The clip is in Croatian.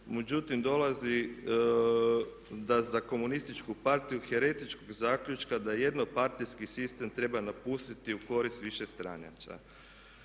Međutim dolazi do za komunističku partiju heretičkog zaključka da jednopartijski sistem treba napustiti u koristi višestranačja.